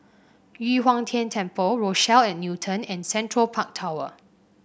Yu Huang Tian Temple Rochelle at Newton and Central Park Tower